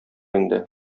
инде